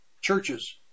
churches